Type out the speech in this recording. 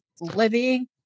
living